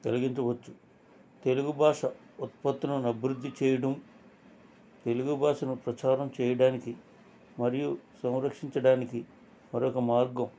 జరిగించవచ్చు తెలుగు భాష ఉత్పత్తులను అభివృద్ధి చేయడం తెలుగు భాషను ప్రచారం చేయడానికి మరియు సంరక్షించడానికి మరొక మార్గం